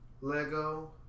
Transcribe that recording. Lego